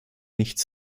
nichts